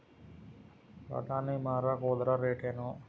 ಬಟಾನಿ ಮಾರಾಕ್ ಹೋದರ ರೇಟೇನು?